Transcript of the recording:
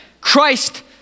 Christ